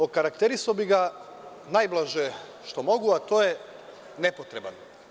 Okarakterisao bi ga najblaže što mogu a što je kao nepotreban.